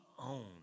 own